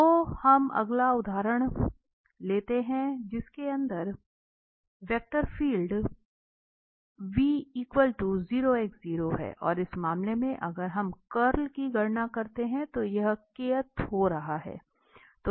तो हम अगला उदाहरण लेते हैं कि वेक्टर फील्ड है और इस मामले में अगर हम कर्ल की गणना करते हैं तो यह हो रहा है